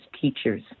teachers